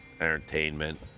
entertainment